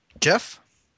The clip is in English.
jeff